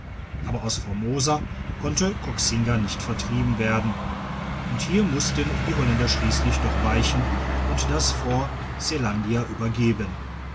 aber aus formosa konnte koxinga nicht vertrieben werden und hier mussten die holländer schliesslich doch weichen und das fort zelandia übergeben